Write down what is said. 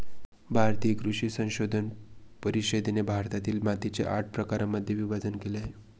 भारतीय कृषी संशोधन परिषदेने भारतातील मातीचे आठ प्रकारांमध्ये विभाजण केले आहे